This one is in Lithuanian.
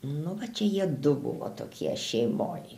nu va čia jie du buvo tokie šeimoj